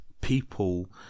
people